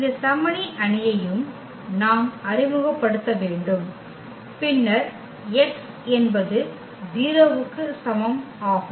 இந்த சமனி அணியையும் நாம் அறிமுகப்படுத்த வேண்டும் பின்னர் x என்பது 0 க்கு சமம் ஆகும்